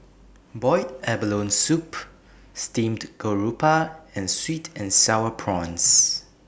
boiled abalone Soup Steamed Garoupa and Sweet and Sour Prawns